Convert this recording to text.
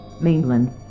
Mainland